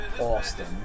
Austin